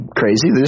crazy